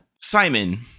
Simon